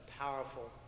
powerful